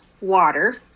water